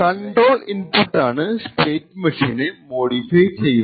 control input ആണ് സ്റ്റെറ്റുമെഷീനെ modify ചെയ്യുന്നത്